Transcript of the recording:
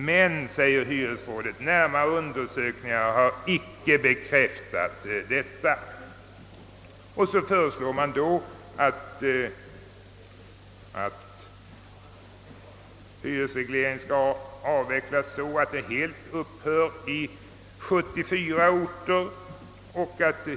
Men, säger hyresrådet, närmare undersökningar har icke bekräftat detta. Och så föreslår man att hyresregleringen bl.a. skall avvecklas så att den helt upphör i 74 orter.